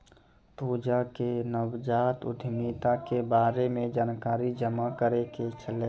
पूजा के नवजात उद्यमिता के बारे मे जानकारी जमा करै के छलै